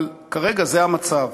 אבל כרגע זה המצב,